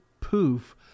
poof